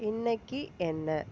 இன்னைக்கு என்ன